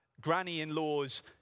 granny-in-law's